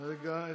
קריאה שלישית,